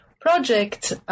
project